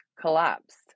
collapsed